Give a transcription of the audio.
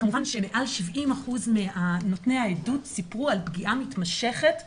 וכמובן שמעל 70% מנותני העדות סיפרו על פגיעה מתמשכת בילדות.